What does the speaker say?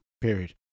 period